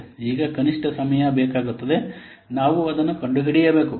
ಈಗ ಕನಿಷ್ಠ ಸಮಯ ಬೇಕಾಗುತ್ತದೆ ನಾವು ಅದನ್ನು ಕಂಡುಹಿಡಿಯಬೇಕು